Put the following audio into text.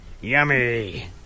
Yummy